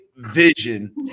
Vision